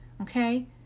okay